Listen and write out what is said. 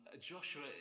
joshua